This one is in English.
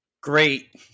great